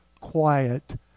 quiet